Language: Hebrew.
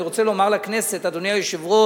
אני רוצה לומר לכנסת, אדוני היושב-ראש,